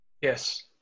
Yes